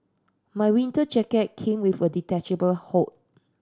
my winter jacket came with a detachable hood